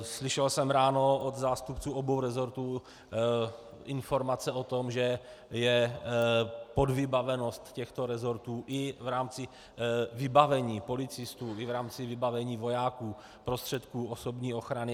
Slyšel jsem ráno od zástupců obou resortů informace o tom, že je podvybavenost těchto resortů i v rámci vybavení policistů i v rámci vybavení vojáků prostředky osobní ochrany.